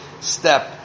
step